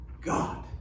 God